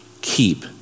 keep